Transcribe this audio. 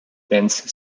dance